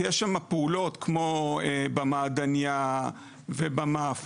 יש שם פעולות כמו במעדניה ובמאפית,